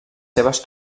seves